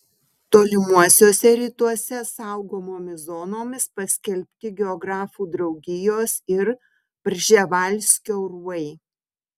tolimuosiuose rytuose saugomomis zonomis paskelbti geografų draugijos ir prževalskio urvai